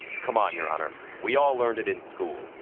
come on, your honor, we all learned it in school.